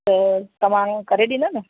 त तव्हां करे ॾींदा न